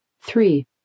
Three